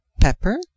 pepper